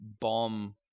bomb